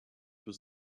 was